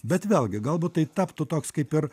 bet vėlgi galbūt tai taptų toks kaip ir